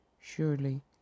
Surely